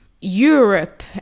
Europe